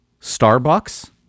Starbucks